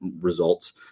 results